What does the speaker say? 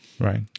Right